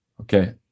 Okay